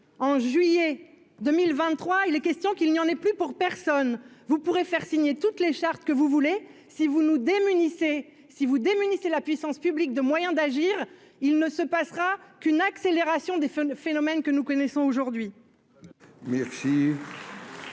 en juillet 2023 et les questions qu'il n'y en ait plus pour personne, vous pourrez faire signé toutes les chartes que vous voulez si vous nous démunis c'est si vous démunis c'est la puissance publique de moyens d'agir, il ne se passera qu'une accélération des fins de phénomène que nous connaissons aujourd'hui. Merci.